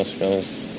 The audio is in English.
ah spills.